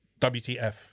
WTF